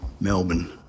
Melbourne